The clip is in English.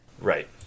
Right